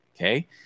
Okay